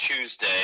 Tuesday